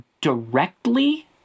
directly